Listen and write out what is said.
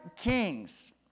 kings